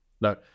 No